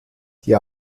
die